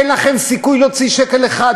אין לכם סיכוי להוציא שקל אחד.